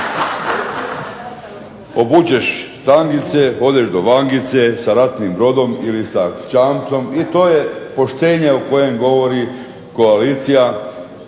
Obučeš tangice, odeš do vangice, sa ratnim brodom ili sa čamcom i to je poštenje o kojoj govori kukuriku